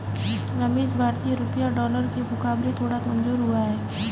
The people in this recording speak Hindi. रमेश भारतीय रुपया डॉलर के मुकाबले थोड़ा कमजोर हुआ है